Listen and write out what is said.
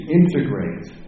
integrate